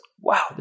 wow